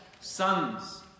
sons